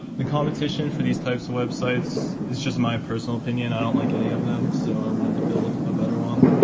the competition for these types of websites, this is just my personal opinion i don't like any of them, so i wanted to build a better one.